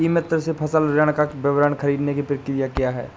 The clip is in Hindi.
ई मित्र से फसल ऋण का विवरण ख़रीदने की प्रक्रिया क्या है?